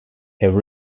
have